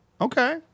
Okay